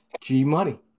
G-Money